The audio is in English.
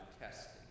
testing